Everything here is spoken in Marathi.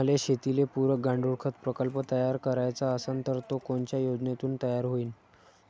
मले शेतीले पुरक गांडूळखत प्रकल्प तयार करायचा असन तर तो कोनच्या योजनेतून तयार होईन?